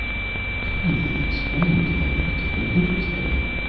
kindly explain to him that i take an interest in him,